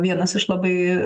vienas iš labai